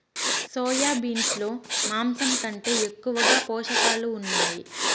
soya beans లో మాంసం కంటే ఎక్కువగా పోషకాలు ఉన్నాయి